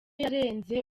yarenze